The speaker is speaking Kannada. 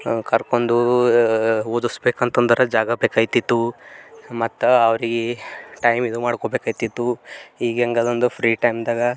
ಕರ್ಕೊಂಡು ಓದಿಸ್ಬೇಕಂತಂದ್ರ ಜಾಗ ಬೇಕಾಗ್ತಿತ್ತು ಮತ್ತೆ ಅವ್ರಿಗೆ ಟೈಮ್ ಇದು ಮಾಡ್ಕೊಬೇಕಾಗ್ತಿತ್ತು ಈಗ ಹೆಂಗದ ಅಂದ್ರೆ ಫ್ರೀ ಟೈಮ್ದಾಗ